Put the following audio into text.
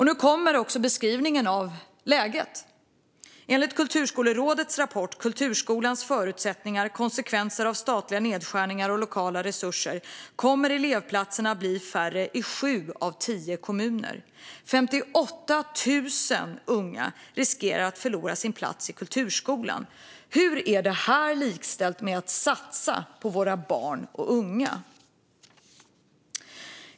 Nu kommer också beskrivningen av läget. Enligt Kulturskolerådets rapport Kulturskolans förutsättningar - Konsekvenser av statliga nedskärningar och lokala resurser kommer elevplatserna att bli färre i sju av tio kommuner. 58 000 unga riskerar att förlora sin plats i kulturskolan. Hur är det här likställt med att satsa på våra barn och unga?